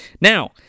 Now